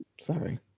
Sorry